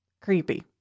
creepy